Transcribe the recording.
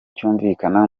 cyumvikana